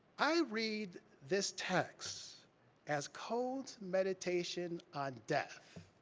i read this text as cone's meditation on death,